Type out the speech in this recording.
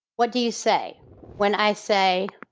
what do you say when i say,